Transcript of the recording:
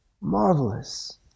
marvelous